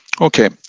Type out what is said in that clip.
Okay